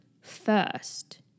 first